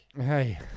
hey